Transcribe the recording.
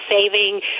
saving